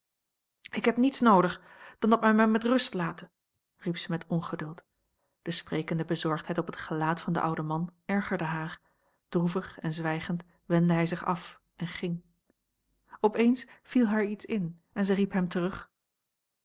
ik heb niets noodig dan dat men mij met rust late riep zij met ongeduld de sprekende bezorgdheid op het gelaat van den ouden man ergerde haar droevig en zwijgend wendde hij zich af en ging op eens viel haar iets in en zij riep hem terug